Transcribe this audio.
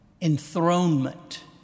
enthronement